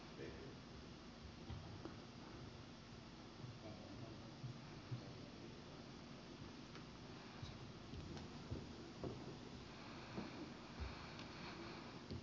arvoisa puhemies